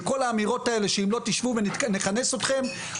כל האמירות האלו שאם לא תשבו יקרה משהו,